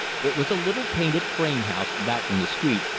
it was a little painted frame house, back from the street,